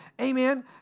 Amen